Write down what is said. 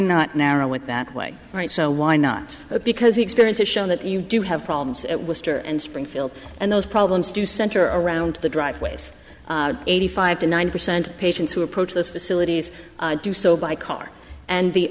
not narrow it that way right so why not because the experience has shown that you do have problems at worcester and springfield and those problems do center around the driveways eighty five to nine percent patients who approach those facilities do so by car and the